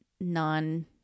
non-